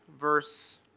verse